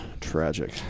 tragic